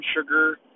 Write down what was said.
sugar